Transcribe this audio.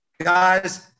Guys